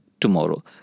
tomorrow